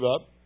up